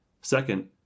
Second